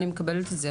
אני מקבלת את זה,